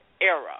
era